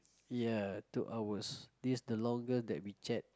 ya two hours this the longer that we check